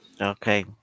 Okay